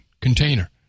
container